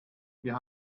wir